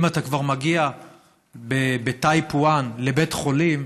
אם אתה כבר מגיע ב-type 1 לבית חולים,